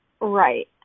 Right